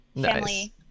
family